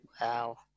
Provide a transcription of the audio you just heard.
Wow